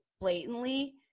blatantly